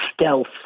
Stealth